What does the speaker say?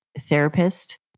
therapist